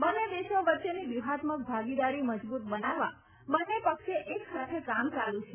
બંને દેશો વચ્ચેની વ્યૂહાત્મક ભાગીદારી મજબૂત બનાવવા બંને પક્ષે એક સાથે કામ ચાલુ છે